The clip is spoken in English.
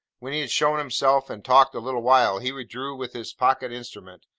when he had shown himself and talked a little while, he withdrew with his pocket-instrument,